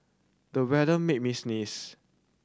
the weather made me sneeze